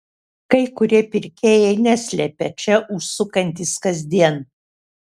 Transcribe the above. kai kurie pirkėjai neslepia čia užsukantys kasdien